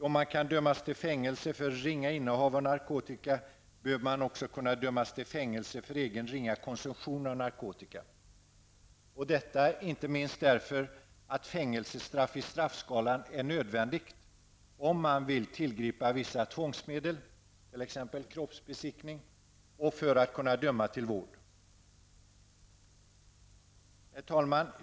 Då man kan dömas till fängelse för ringa innehav av narkotika, bör man också kunna dömas till fängelse för egen ringa konsumtion av narkotika, inte minst därför att fängelsestraff i straffskalan är nödvändigt om man vill tillgripa vissa tvångsmedel, t.ex. kroppsbesiktning, och för att kunna döma till vård. Herr talman!